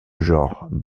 genre